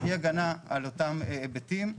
אי הגנה על אותם היבטים.